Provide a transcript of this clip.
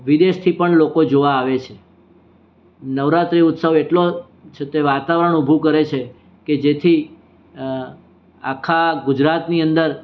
વિદેશથી પણ લોકો જોવા આવે છે નવરાત્રિ ઉત્સવ એટલો છે તે વાતવરણ ઊભું કરે છે કે જેથી આખા ગુજરાતની અંદર